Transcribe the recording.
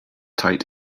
tight